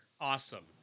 Awesome